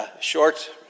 short